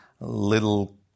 little